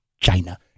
China